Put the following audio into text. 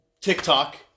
TikTok